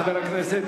חבר הכנסת